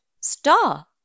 star